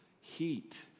Heat